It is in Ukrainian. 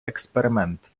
експеримент